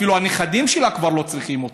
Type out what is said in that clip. אפילו הנכדים שלה כבר לא צריכים אותו.